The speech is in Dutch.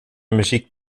muziek